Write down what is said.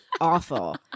awful